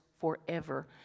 forever